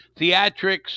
theatrics